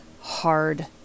hard